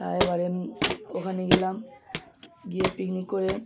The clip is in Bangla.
তা এবারে ওখানে গেলাম গিয়ে পিকনিক করে